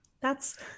that's-